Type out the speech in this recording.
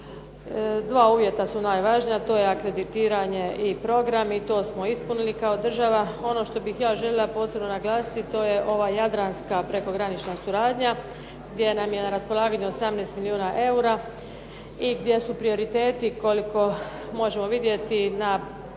Dva uvjeta su najvažnija, a to je akreditiranje i programi. To smo ispunili kao država. Ono što bih ja željela posebno naglasiti to je ova jadranska prekogranična suradnja gdje nam je na raspolaganju 18 milijuna eura i gdje su prioriteta koliko možemo vidjeti na